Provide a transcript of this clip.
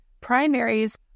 Primaries